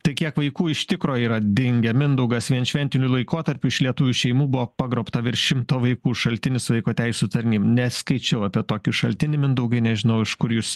tai kiek vaikų iš tikro yra dingę mindaugas vien šventiniu laikotarpiu iš lietuvių šeimų buvo pagrobta virš šimto vaikų šaltinis vaiko teisių tarny neskaičiau apie tokį šaltinį mindaugai nežinau iš kur jūs